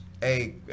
Hey